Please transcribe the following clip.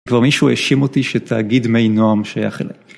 כבר מישהו האשים אותי ש"תאגיד מי נועם" שייך אליי.